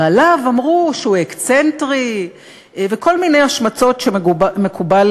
ועליו אמרו שהוא אקסצנטרי וכל מיני השמצות שמקובל